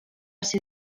ser